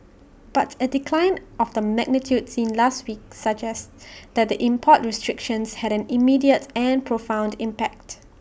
but A decline of the magnitude seen last week suggests that the import restrictions had an immediate and profound impact